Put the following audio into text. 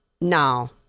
no